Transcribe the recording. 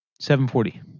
7.40